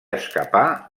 escapar